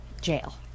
jail